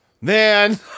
Man